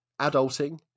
Adulting